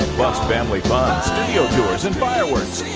plus family fun, studio tours and fireworks.